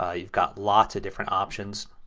ah you've got lots of different options.